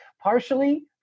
partially